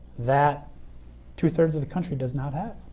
that two-thirds of the country does not have.